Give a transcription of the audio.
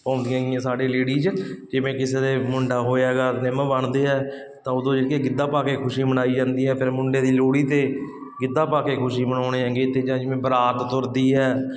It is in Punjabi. ਪਾਉਂਦੀਆਂ ਸਾਡੇ ਲੇਡੀਜ਼ ਜਿਵੇਂ ਕਿਸੇ ਦੇ ਮੁੰਡਾ ਹੋਇਆ ਕਰਦੇ ਮੈਂ ਬਣਦੇ ਆ ਤਾਂ ਉਦੋਂ ਜਿਹੜੀਆਂ ਗਿੱਧਾ ਪਾ ਕੇ ਖੁਸ਼ੀ ਮਨਾਈ ਜਾਂਦੀ ਫਿਰ ਮੁੰਡੇ ਦੀ ਲੋਹੜੀ 'ਤੇ ਗਿੱਧਾ ਪਾ ਕੇ ਖੁਸ਼ੀ ਮਨਾਉਂਦੇ ਹੈਗੇ ਅਤੇ ਜਾਂ ਜਿਵੇਂ ਬਰਾਤ ਤੁਰਦੀ ਹੈ